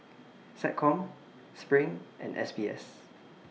Seccom SPRING and S B S